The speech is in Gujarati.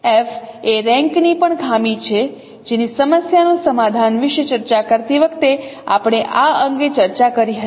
F એ રેન્ક ની પણ ખામી છે જેની સમસ્યાનું સમાધાન વિશે ચર્ચા કરતી વખતે આપણે આ અંગે ચર્ચા કરી હતી